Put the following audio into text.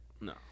No